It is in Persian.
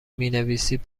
مینویسید